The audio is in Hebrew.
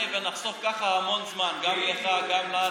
ונחסוך כך המון זמן גם לך וגם לנו.